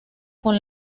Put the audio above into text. con